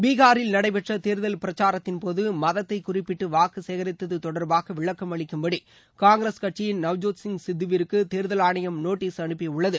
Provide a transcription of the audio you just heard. பீஹாரில் நடைபெற்ற தேர்தல் பிரச்சாரத்தின் போது மதத்தை குறிப்பிட்டு வாக்கு சேகரித்தது தொடர்பாக விளக்கம் அளிக்கும்படி காங்கிரஸ் கட்சியின் நவ்ஜோத்சிங் சித்துவிற்கு தேர்தல் ஆணையம் நோட்டீஸ் அனுப்பியுள்ளது